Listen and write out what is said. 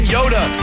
Yoda